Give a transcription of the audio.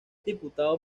diputado